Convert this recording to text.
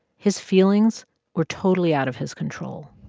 his feelings were totally out of his control